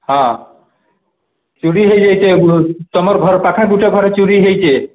ହଁ ଚୋରୀ ହୋଇଯାଇଛି ହୋଇଯାଇଛି ତମର ଘର ପାଖ ଗୋଟେ ଘରେ ଚୋରୀ ହୋଇଛି